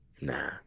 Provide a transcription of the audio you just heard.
Nah